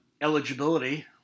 eligibility